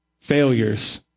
failures